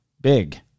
big